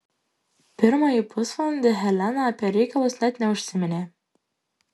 pirmąjį pusvalandį helena apie reikalus net neužsiminė